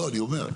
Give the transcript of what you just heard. לא אני אומר,